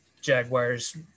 Jaguars